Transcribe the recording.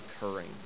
occurring